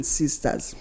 sisters